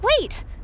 Wait